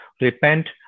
repent